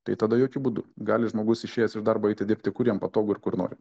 tai tada jokiu būdu gali žmogus išėjęs iš darbo eiti dirbti kur jam patogu ir kur nori